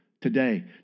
today